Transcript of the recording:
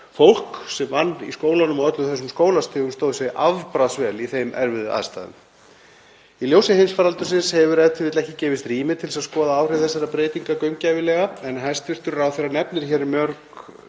fólk sem vann í skólunum á öllum þessum skólastigum stóð sig afbragðsvel í þeim erfiðu aðstæðum. Í ljósi heimsfaraldursins hefur e.t.v. ekki gefist rými til að skoða áhrif þessara breytinga gaumgæfilega en hæstv. ráðherra nefnir hér mörg